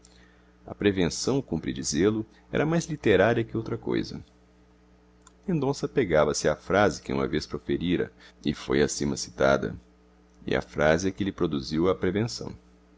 a prevenção cumpre dizê-lo era mais literária que outra coisa mendonça apegava se à frase que uma vez proferira e foi acima citada e a frase é que lhe produziu a prevenção